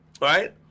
right